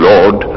Lord